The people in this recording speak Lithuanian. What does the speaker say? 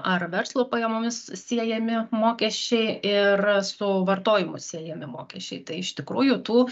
ar verslo pajamomis siejami mokesčiai ir su vartojimu siejami mokesčiai tai iš tikrųjų tų